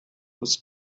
was